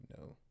no